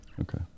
Okay